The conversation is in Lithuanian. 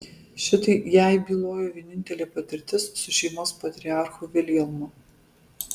šitai jai bylojo vienintelė patirtis su šeimos patriarchu viljamu